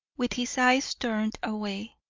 with his eyes turned away.